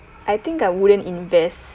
I think I wouldn't invest